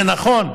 זה נכון,